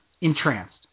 entranced